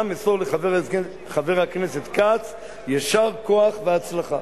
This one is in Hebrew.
נא מסור לחבר הכנסת כץ יישר כוח והצלחה".